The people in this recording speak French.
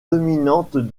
dominantes